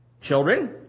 Children